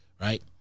right